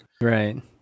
Right